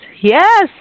yes